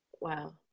Wow